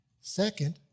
Second